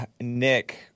Nick